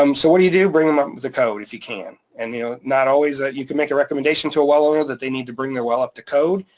um so what do you do? bring them up with the code, if you can. and not always that you can make a recommendation to a well owner that they need to bring their well up to code,